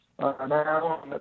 Now